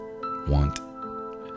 want